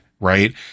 right